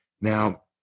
Now